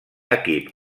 equip